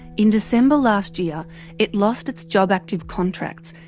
in december last year it lost its jobactive contracts,